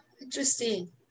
interesting